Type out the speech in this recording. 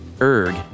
Erg